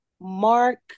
Mark